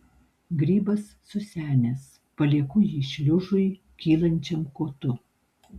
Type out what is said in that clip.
grybas susenęs palieku jį šliužui kylančiam kotu